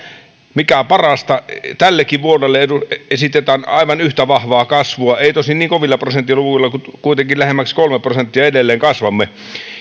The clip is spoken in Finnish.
mikä parasta tällekin vuodelle esitetään aivan yhtä vahvaa kasvua ei tosin niin kovilla prosenttiluvuilla mutta kuitenkin lähemmäs kolme prosenttia edelleen kasvamme